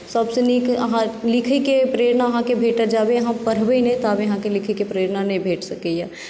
सभसँ नीक अहाँ लिखैकेँ प्रेरणा अहाँकेँ भेटत जाबत अहाँ पढ़बै नहि ताबत अहाँकेँ लिखयके प्रेरणा नहि भेट सकैए